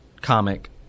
comic